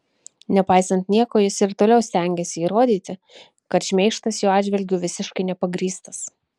nepaisant nieko jis ir toliau stengiasi įrodyti kad šmeižtas jo atžvilgiu visiškai nepagrįstas